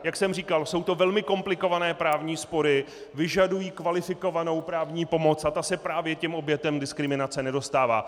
Jak jsem říkal, jsou to velmi komplikované právní spory, vyžadují kvalifikovanou právní pomoc a ta se právě obětem diskriminace nedostává.